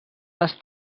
les